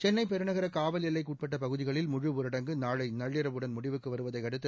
சென்னைப் பெருநகர காவல் எல்லைக்கு உட்பட்ட பகுதிகளில் முழுஊரடங்கு நாளை நள்ளிரவுடன் முடிவுக்கு வருவதை அடுத்து